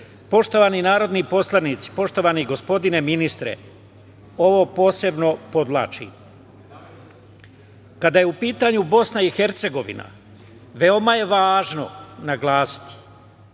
rešen. Poštovani narodni poslanici, poštovani gospodine ministre, ovo posebno podvlačim, kada je u pitanju BiH veoma je važno naglasiti